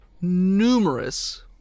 numerous